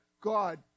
God